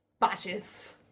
badges